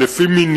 בהחלטת